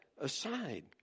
aside